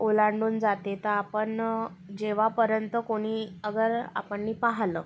ओलांडून जाते तर आपण जेव्हापर्यंत कोणी अगर आपणनी पाहलं